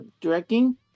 directing